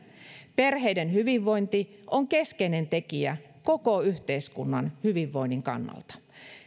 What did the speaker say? perheiden hyvinvointi on keskeinen tekijä koko yhteiskunnan hyvinvoinnin kannalta